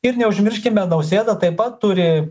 ir neužmirškime nausėda taip pat turi